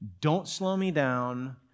don't-slow-me-down